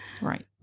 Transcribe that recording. Right